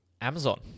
Amazon